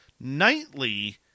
nightly